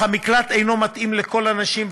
אך המקלט אינו מתאים לכל הנשים,